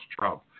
Trump